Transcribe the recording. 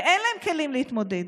ואין להם כלים להתמודד.